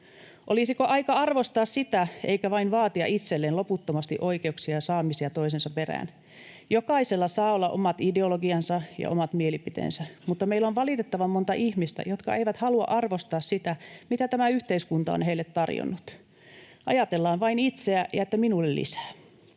Olisiko aika arvostaa sitä eikä vain vaatia itselleen loputtomasti oikeuksia ja saamisia toisensa perään? Jokaisella saa olla omat ideologiansa ja omat mielipiteensä, mutta meillä on valitettavan monta ihmistä, jotka eivät halua arvostaa sitä, mitä tämä yhteiskunta on heille tarjonnut. Ajatellaan vain itseä ja sitä, että minulle lisää.